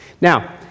Now